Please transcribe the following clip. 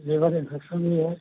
liver infection भी है